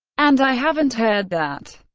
and i haven't heard that.